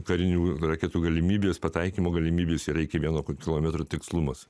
karinių raketų galimybės pataikymo galimybės yra iki vieno kilometro tikslumas